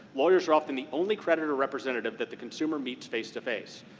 lawyers are often the only creditor representative that the consumer meets face to face.